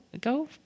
go